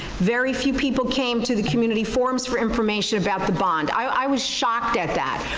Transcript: very few people came to the community forums for information about the bond. i was shocked at that.